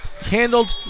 handled